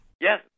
Yes